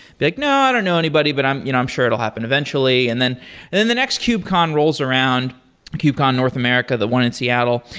like, no, i don't know anybody, but i'm you know i'm sure it'll happen eventually. and then then the next kubecon rolls around kubecon north america, the one in seattle,